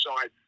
side